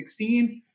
2016